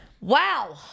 Wow